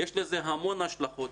יש לזה המון השלכות.